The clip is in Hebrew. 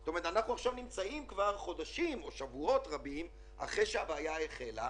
אנחנו נמצאים חודשים או שבועות רבים אחרי שהבעיה החלה.